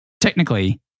Technically